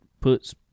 puts